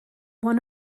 one